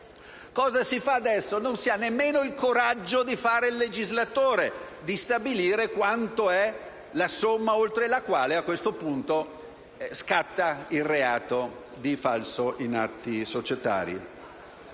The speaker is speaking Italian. scusabile. Adesso non si ha nemmeno il coraggio di fare i legislatori e di stabilire qual è la somma oltre la quale scatta il reato di falso in atti societari,